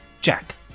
Jack